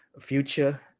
Future